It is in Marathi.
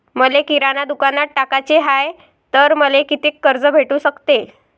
मले किराणा दुकानात टाकाचे हाय तर मले कितीक कर्ज भेटू सकते?